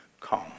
come